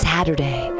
Saturday